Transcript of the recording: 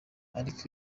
ariko